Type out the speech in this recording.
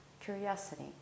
curiosity